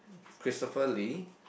Christopher-Lee